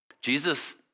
Jesus